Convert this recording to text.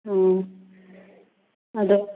ꯑꯣ ꯑꯗꯣ